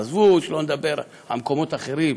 עזבו, לא נדבר על מקומות אחרים,